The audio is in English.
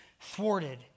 thwarted